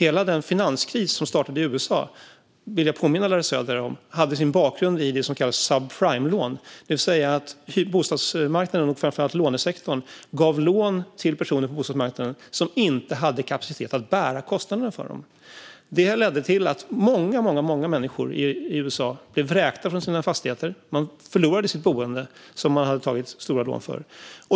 Jag vill påminna Larry Söder om att hela den finanskris som startade i USA hade sin bakgrund i det som kallades subprimelån, det vill säga att bostadsmarknaden och framför allt lånesektorn gav bostadslån till personer som inte hade kapacitet att bära kostnaderna för lånen. Det ledde till att många människor i USA blev vräkta från sina fastigheter. De förlorade sitt boende som de tagit stora lån för.